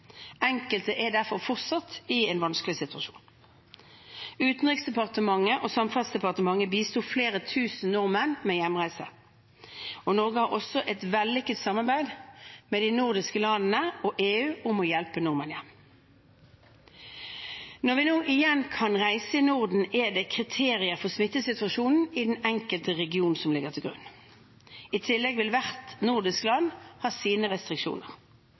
Enkelte er derfor fortsatt i en vanskelig situasjon. Utenriksdepartementet og Samferdselsdepartementet bisto flere tusen nordmenn med hjemreise, og Norge hadde også et vellykket samarbeid med de nordiske land og EU om å hjelpe nordmenn hjem. Når vi nå igjen kan reise i Norden, er det kriterier for smittesituasjonen i den enkelte region som ligger til grunn. I tillegg vil hvert nordiske land ha sine restriksjoner.